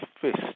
fist